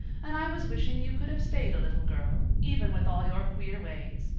and i was wishing you could have stayed a little girl, even with all your queer ways.